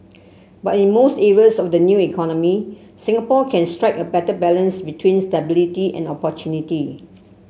but in most areas of the new economy Singapore can strike a better balance between stability and opportunity